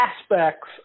aspects